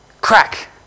crack